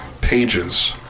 pages